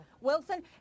Wilson